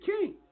king